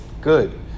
good